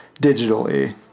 digitally